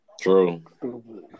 true